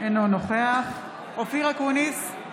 אינו נוכח אופיר אקוניס,